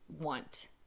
want